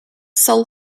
sol